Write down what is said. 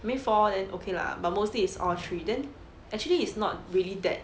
I mean four then okay lah but mostly it's all three then actually is not really that